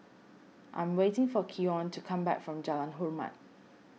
I'm waiting for Keon to come back from Jalan Hormat